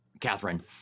Catherine